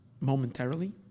momentarily